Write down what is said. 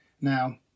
Now